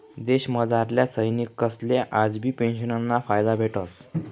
देशमझारल्या सैनिकसले आजबी पेंशनना फायदा भेटस